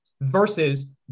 versus